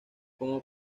como